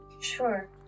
Sure